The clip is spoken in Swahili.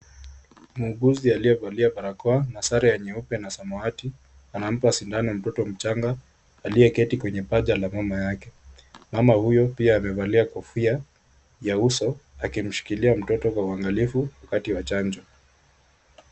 Muuguzi aliyevalia barakoa na sare nyeupe na samwati anampa sindano mtoto mchanga aliyeketi kwenye paja la mama yake. Mama huyo pia amevalia kofia ya uso akimshikilia mtoto kwa uangalifu wakati wa chanjo.